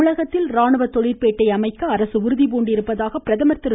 தமிழகத்தில் ராணுவ தொழில்பேட்டை அமைக்க அரசு உறுதிபூண்டிருப்பதாக பிரதமா் திரு